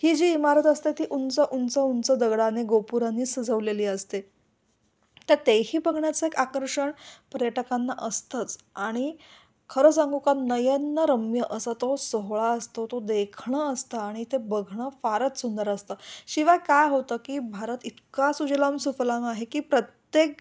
तर ही जी इमारत असते ती उंच उंच उंच दगडाने गोपुरानी सजवलेली असते तं तेही बघण्याचं एक आकर्षण पर्यटकांना असतंच आणि खरं सांगू का नयननरम्य असा तो सोहळा असतो तो देखणं असता आणि ते बघणं फारच सुंदर असतं शिवाय काय होतं की भारत इतका सुजलाम सुफलाम आहे की प्रत्येक